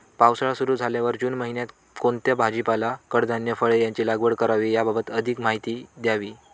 पावसाळा सुरु झाल्यावर जून महिन्यात कोणता भाजीपाला, कडधान्य, फळे यांची लागवड करावी याबाबत अधिक माहिती द्यावी?